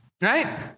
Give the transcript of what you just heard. Right